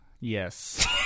yes